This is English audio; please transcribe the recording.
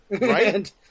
right